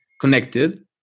connected